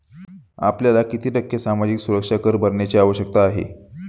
आपल्याला किती टक्के सामाजिक सुरक्षा कर भरण्याची आवश्यकता आहे?